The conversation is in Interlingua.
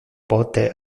pote